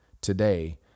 today